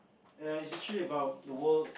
ya it's actually about the world